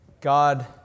God